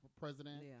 president